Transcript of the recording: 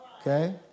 okay